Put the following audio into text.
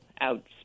out